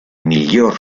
miglior